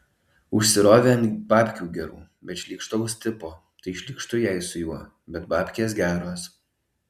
užsirovė ant babkių gerų bet šlykštaus tipo tai šlykštu jai su juo bet babkės geros